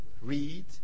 read